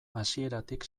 hasieratik